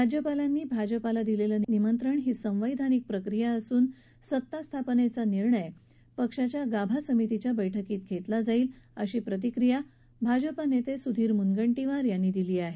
राज्यपालांनी भाजपाला दिलेलं निमंत्रण ही एक संवध्वनिक प्रक्रिया असून सत्ता स्थापनेबाबतचा निर्णय पक्षाच्या गाभा समितीच्या बरक्कीत घेतला जाईल अशी प्रतिक्रिया भाजपा नेते सुधीर मुनगंटीवार यांनी दिली आहे